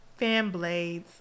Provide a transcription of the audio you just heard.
Fanblades